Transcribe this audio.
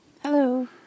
Hello